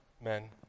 men